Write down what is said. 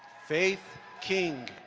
faith king.